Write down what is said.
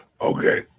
Okay